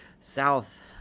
south